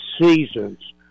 seasons